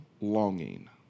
longing